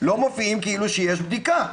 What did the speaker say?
כאילו שיש בדיקה.